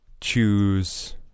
choose